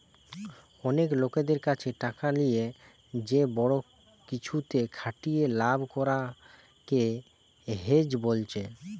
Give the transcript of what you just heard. অনেক লোকদের কাছে টাকা লিয়ে যে বড়ো কিছুতে খাটিয়ে লাভ করা কে হেজ বোলছে